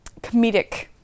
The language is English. comedic